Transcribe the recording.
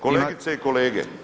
Kolegice i kolege…